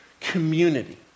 community